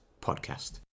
Podcast